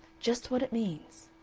just what it means.